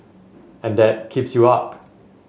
and that keeps you up